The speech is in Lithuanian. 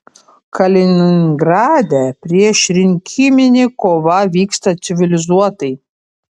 kaliningrade priešrinkiminė kova vyksta civilizuotai